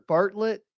Bartlett